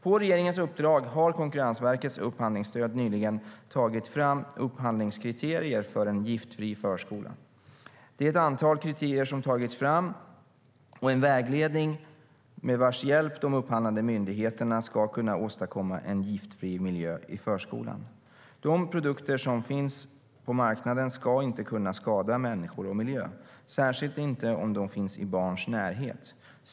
På regeringens uppdrag har Konkurrensverkets upphandlingsstöd nyligen tagit fram upphandlingskriterier för en giftfri förskola. Det är ett antal kriterier som tagits fram samt en vägledning med vars hjälp de upphandlande myndigheterna ska kunna åstadkomma en giftfri miljö i förskolan. De produkter som finns på marknaden ska inte kunna skada människor och miljö, särskilt inte om de finns i barns närhet.